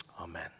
Amen